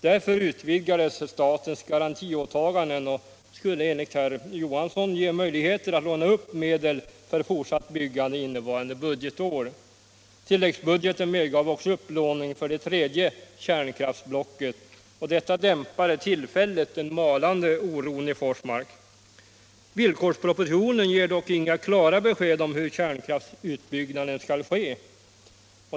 Därför utvidgades statens garantiåtaganden och det skulle enligt herr Johansson ge möjligheter att låna upp medel för fortsatt byggande innevarande budgetår. Tilläggsbudgeten medgav också upplåning för det tredje kärnkraftsblocket och detta dämpade tillfälligt den malande oron i Forsmark. Villkorspropositionen ger dock inga klara besked om hur kärnkraftsutbyggnaden skall ske.